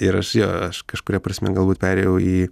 ir jo aš kažkuria prasme galbūt perėjau į